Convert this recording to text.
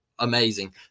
Amazing